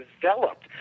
developed